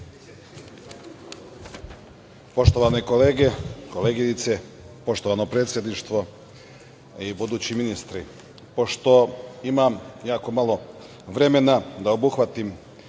Poštovane kolege, koleginice, poštovano predsedništvo i budući ministri, pošto imam jako malo vremena da obuhvatim